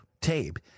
tape